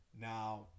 Now